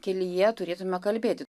kelyje turėtume kalbėti